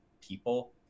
people